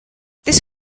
this